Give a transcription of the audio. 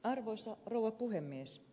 arvoisa rouva puhemies